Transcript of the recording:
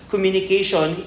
Communication